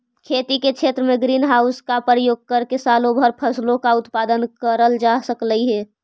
खेती के क्षेत्र में ग्रीन हाउस का प्रयोग करके सालों भर फसलों का उत्पादन करल जा सकलई हे